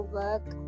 work